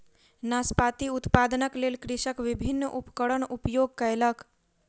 नाशपाती उत्पादनक लेल कृषक विभिन्न उपकरणक उपयोग कयलक